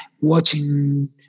watching